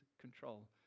control